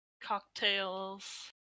Cocktails